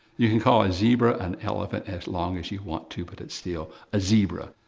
you can call a zebra an elephant as long as you want to, but it's still a zebra.